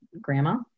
grandma